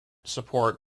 support